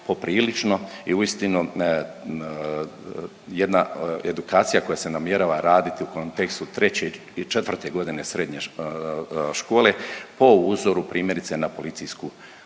poprilično i uistinu jedna edukacija koja se namjerava raditi u kontekstu 3. i 4.g. srednje škole po uzoru primjerice na Policijsku